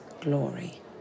glory